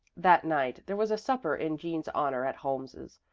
that night there was a supper in jean's honor at holmes's,